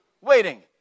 waiting